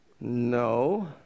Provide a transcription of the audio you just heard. No